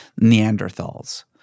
Neanderthals